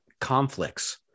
conflicts